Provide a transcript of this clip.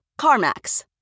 CarMax